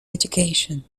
education